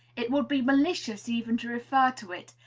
it would be malicious even to refer to it,